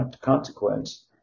consequence